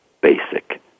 basic